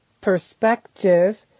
perspective